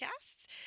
podcasts